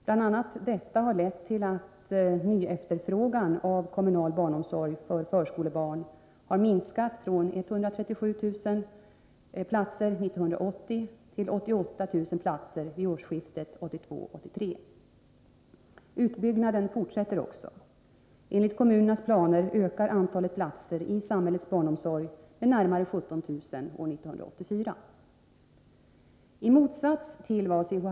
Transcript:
Bl.a. detta har lett till att nyefterfrågan av kommunal barnomsorg för förskolebarn har minskat från 137 000 platser 1980 till 88 000 platser vid årsskiftet 1982-1983. Utbyggnaden fortsätter också. Enligt I motsats till vad C.-H.